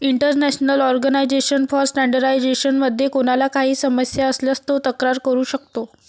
international organisation for standardisation मध्ये कोणाला काही समस्या असल्यास तो तक्रार करू शकतो